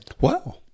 Wow